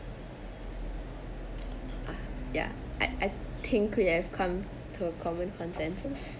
ya I I think we have come to a common consensus